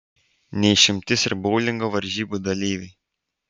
ne išimtis ir boulingo varžybų dalyviai